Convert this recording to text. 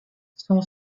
son